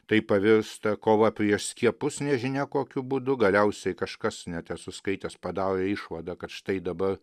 tai pavirsta kova prieš skiepus nežinia kokiu būdu galiausiai kažkas net esu skaitęs padarė išvadą kad štai dabar